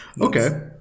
Okay